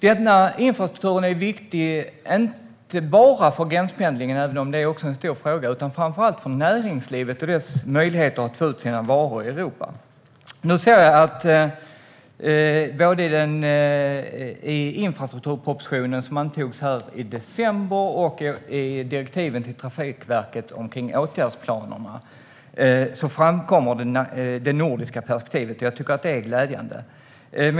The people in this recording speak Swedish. Denna infrastruktur är viktig inte bara för gränspendlingen, även om det också är en stor fråga, utan framför allt för näringslivet och dess möjligheter att få ut sina varor i Europa. Nu ser jag att det nordiska perspektivet framkommer i den infrastrukturproposition som antogs i december och i direktivet till Trafikverket om åtgärdsplanerna, och jag tycker att det är glädjande.